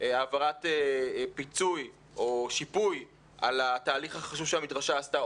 העברת פיצוי או שיפוי על התהליך החשוב שהמדרשה עשתה,